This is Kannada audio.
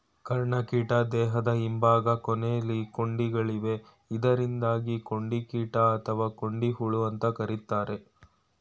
ಕರ್ಣಕೀಟ ದೇಹದ ಹಿಂಭಾಗ ಕೊನೆಲಿ ಕೊಂಡಿಗಳಿವೆ ಇದರಿಂದಾಗಿ ಕೊಂಡಿಕೀಟ ಅಥವಾ ಕೊಂಡಿಹುಳು ಅಂತ ಕರೀತಾರೆ